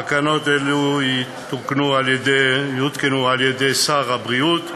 תקנות אלה יותקנו על-ידי שר הבריאות,